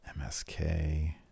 MSK